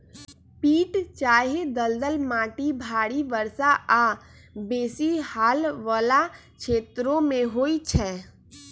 पीट चाहे दलदल माटि भारी वर्षा आऽ बेशी हाल वला क्षेत्रों में होइ छै